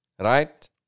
right